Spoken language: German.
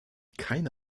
keine